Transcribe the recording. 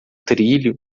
trilho